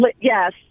Yes